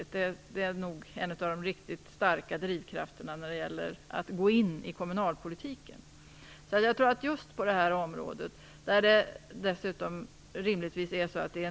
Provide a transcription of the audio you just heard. Det brukar vara en av de riktigt starka drivkrafterna när det gäller att gå in i kommunalpolitiken. Det är alltså mycket viktigt att få upp medvetenheten om hur mycket som egentligen kan göras och med hur litet.